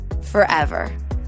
forever